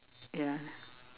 ya